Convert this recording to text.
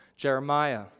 Jeremiah